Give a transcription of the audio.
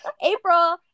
April